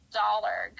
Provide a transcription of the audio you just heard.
dollar